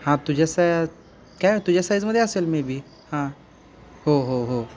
हां तुझ्या सा काय तुझ्या साईजमध्ये असेल मेबी हां हो हो हो